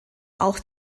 auch